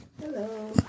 Hello